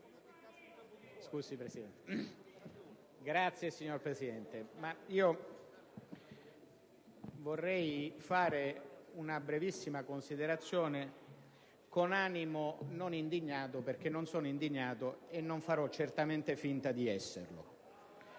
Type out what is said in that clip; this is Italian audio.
Signor Presidente, vorrei fare una brevissima considerazione, con animo non indignato, perché non sono indignato e non farò certamente finta di esserlo: